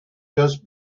just